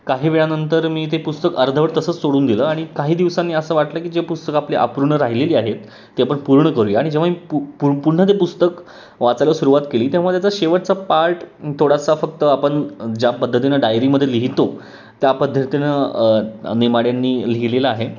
काही वेळानंतर मी ते पुस्तक अर्धवट तसंच सोडून दिलं आणि काही दिवसांनी असं वाटलं की जे पुस्तक आपले अपूर्ण राहिलेली आहेत ती आपण पूर्ण करूया आणि जेव्हा मी पु पु पुन्हा ते पुस्तक वाचायला सुरुवात केली तेव्हा त्याचा शेवटचा पार्ट थोडासा फक्त आपण ज्या पद्धतीनं डायरीमध्ये लिहितो त्या पद्धतीनं नेमाड्यांनी लिहिलेलं आहे